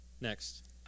Next